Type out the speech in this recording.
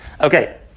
Okay